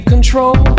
control